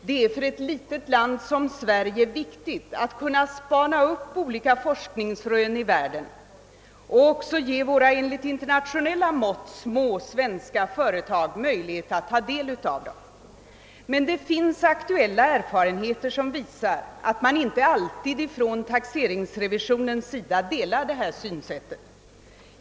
Det är för ett litet land som Sverige viktigt att kunna spana upp olika forskningsrön i världen och även ge våra enligt internationella mått små svenska företag möjlighet att ta del av dem. Men det finns aktuella erfarenheter som vi sar att man inte alltid ifrån taxeringsrevisionens sida delar detta synsätt.